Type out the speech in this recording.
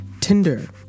Tinder